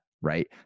right